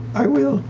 i will,